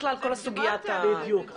בכלל, כל סוגיית --- בדיוק.